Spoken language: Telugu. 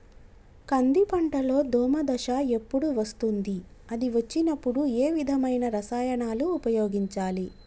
కంది పంటలో దోమ దశ ఎప్పుడు వస్తుంది అది వచ్చినప్పుడు ఏ విధమైన రసాయనాలు ఉపయోగించాలి?